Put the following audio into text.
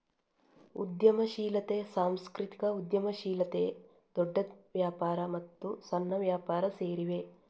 ಉದ್ಯಮಶೀಲತೆ, ಸಾಂಸ್ಕೃತಿಕ ಉದ್ಯಮಶೀಲತೆ, ದೊಡ್ಡ ವ್ಯಾಪಾರ ಮತ್ತು ಸಣ್ಣ ವ್ಯಾಪಾರ ಸೇರಿವೆ